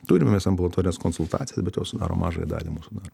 turime mes ambulatorines konsultacijas bet jos sudaro mažąją dalį mūsų dar